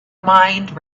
mind